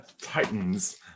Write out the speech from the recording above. Titans